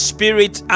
Spirit